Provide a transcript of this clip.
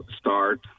start